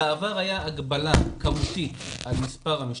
בעבר היה הגבלה כמותית על מס' המשתתפים,